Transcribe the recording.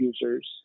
users